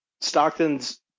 Stockton's